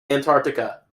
antarctica